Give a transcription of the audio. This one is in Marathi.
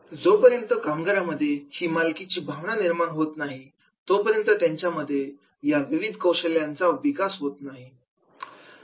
जोपर्यंत कामगारांमध्ये ही मालकीची भावना निर्माण होत नाही तोपर्यंत त्यांच्यामध्ये या विविध कौशल्यांचा विकास होऊ शकत नाही